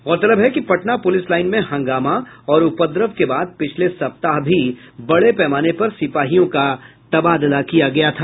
गौरतलब है कि पटना पुलिस लाइन में हंगामा और उपद्रव के बाद पिछले सप्ताह भी बड़े पैमाने पर सिपाहियों का तबादला किया गया था